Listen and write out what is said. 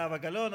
זו זילות עבודת